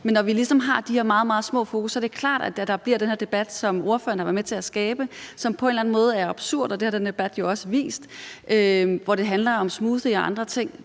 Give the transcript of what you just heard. de her meget, meget små fokus, er det meget klart, at der bliver den her debat, som ordføreren har været med til at skabe, og som på en eller anden måde er absurd – det har den her debat jo også vist – hvor det handler om smoothier og andre ting.